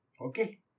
Okay